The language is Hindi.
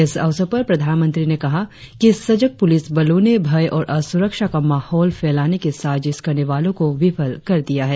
इस अवसर पर प्रधानमंत्री ने कहा कि सजग पुलिसबलों ने भय और असुरक्षा का माहौल फेलाने की साजिश करने वालों को विफल कर दिया है